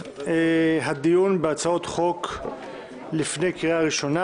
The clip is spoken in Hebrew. הדיון בהצעות חוק לפני קריאה ראשונה.